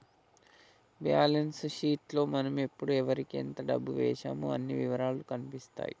balance sheet లో మనం ఎప్పుడు ఎవరికీ ఎంత డబ్బు వేశామో అన్ని ఇవరాలూ కనిపిత్తాయి